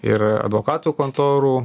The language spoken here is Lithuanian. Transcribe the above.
ir advokatų kontorų